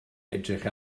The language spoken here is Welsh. edrych